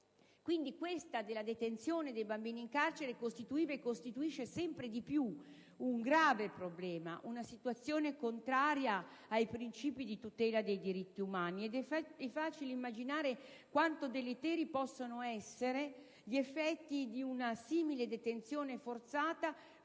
in carcere dei bambini costituiva e costituisce sempre più un grave problema, una condizione contraria ai principi di tutela dei diritti umani. È facile immaginare quanto deleteri possano essere gli effetti di una simile detenzione forzata.